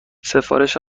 سفارش